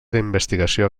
d’investigació